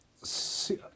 See